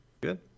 Good